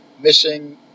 missing